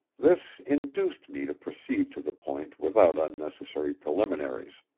this induced me to proceed to the point without unnecessary preliminaries.